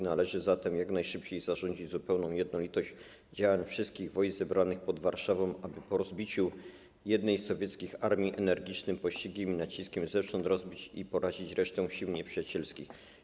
Należy zatem jak najszybciej zarządzić zupełną jednolitość działań wszystkich wojsk zebranych pod Warszawą, aby po rozbiciu jednej z sowieckich armii energicznym pościgiem i naciskiem zewsząd rozbić i porazić resztę sił nieprzyjacielskich.